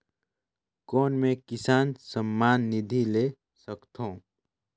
कौन मै किसान सम्मान निधि ले सकथौं?